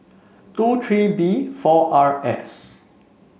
two three B four R S